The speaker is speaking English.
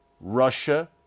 Russia